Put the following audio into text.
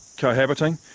cohabiting.